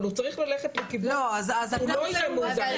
אבל הוא צריך ללכת לכיוון שהוא לא יהיה מאוזן,